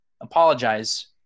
Apologize